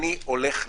אני הולך למחות.